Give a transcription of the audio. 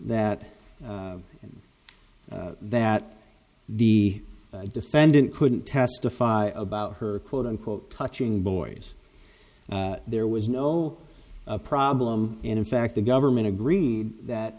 that that the defendant couldn't testify about her quote unquote touching boys there was no problem and in fact the government agreed that